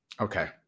okay